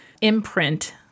imprint